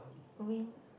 win